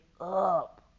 up